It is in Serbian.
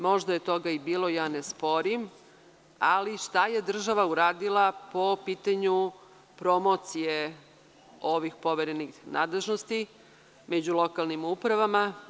Možda je toga i bilo, ja ne sporim, ali šta je država uradila po pitanju promocije ovih poverenih nadležnosti među lokalnim upravama?